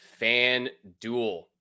FanDuel